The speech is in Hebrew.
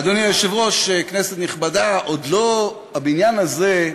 אדוני היושב-ראש, כנסת נכבדה, עוד לא, הבניין הזה,